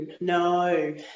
no